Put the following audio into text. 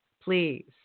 please